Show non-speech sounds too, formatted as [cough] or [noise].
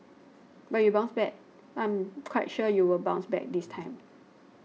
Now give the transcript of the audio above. but you bounced back I'm [noise] quite sure you will bounce back this time